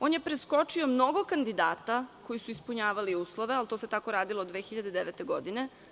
On je preskočio mnogo kandidata koji su ispunjavali uslove, ali to se tako radilo 2009. godine.